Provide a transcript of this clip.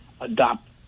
adopt